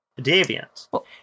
deviant